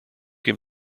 him